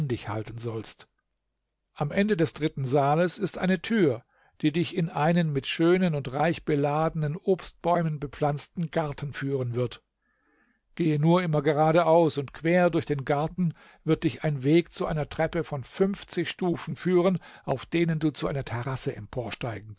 dich halten sollst am ende des dritten saales ist eine tür die dich in einen mit schönen und reich beladenen obstbäumen bepflanzten garten führen wird gehe nur immer geradeaus und quer durch den garten wird dich ein weg zu einer treppe von fünfzig stufen führen auf denen du zu einer terrasse emporsteigen